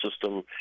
system